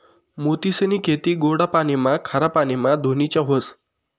मोतीसनी खेती गोडा पाणीमा, खारा पाणीमा धोनीच्या व्हस